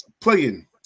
playing